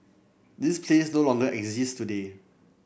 this place no longer exists today